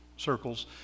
circles